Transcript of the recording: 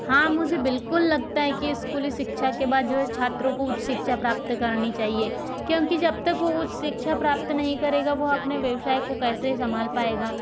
हाँ मुझे बिलकुल लगता है कि स्कूली शिक्षा के बाद जो है छात्रों को उच्च शिक्षा प्राप्त करनी चाहिए क्योंकि जब तक वो उच्च शिक्षा प्राप्त नहीं करेगा वो अपने व्यवसाय को कैसे संभाल पाएगा